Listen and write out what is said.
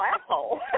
asshole